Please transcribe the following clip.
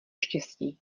štěstí